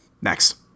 Next